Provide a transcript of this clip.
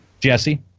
Jesse